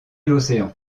l’océan